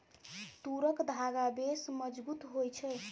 तूरक धागा बेस मजगुत होए छै